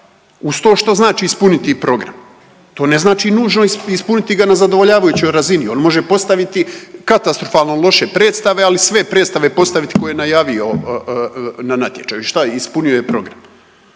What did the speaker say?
Uz to, što znači ispuniti program? To ne znači nužno ispuniti ga na zadovoljavajućoj razini. On može postaviti katastrofalno loše predstave, ali sve predstave postaviti koje je najavio na natječaju i šta, ispunio je program?